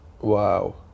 Wow